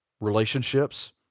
relationships